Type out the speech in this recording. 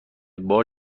بار